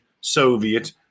Soviet